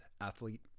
Athlete